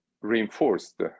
reinforced